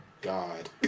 God